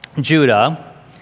Judah